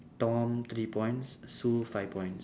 tom three points sue five points